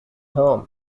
home